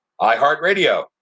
iHeartRadio